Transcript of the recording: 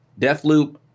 Deathloop